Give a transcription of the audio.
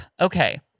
Okay